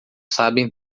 sabem